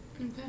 Okay